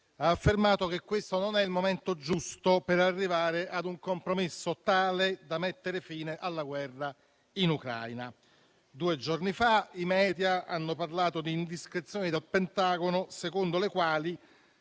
ha affermato che questo non è il momento giusto per arrivare ad un compromesso tale da mettere fine alla guerra in Ucraina. Due giorni fa i *media* hanno parlato di indiscrezioni dal Pentagono secondo le quali